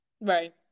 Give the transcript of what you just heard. Right